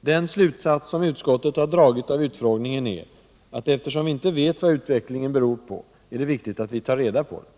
Den slutsats som utskottet har dragit av utfrågningen är: Eftersom vi inte vet vad utvecklingen beror på är det viktigt att vi tar reda på det.